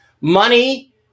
Money